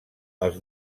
els